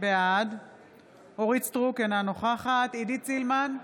בעד אורית מלכה סטרוק, אינה נוכחת עידית סילמן,